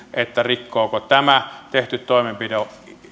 rikkooko tämä tehty toimenpide